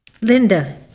Linda